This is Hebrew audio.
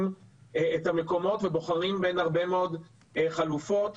את המקומות ובוחרים בין הרבה מאוד חלופות.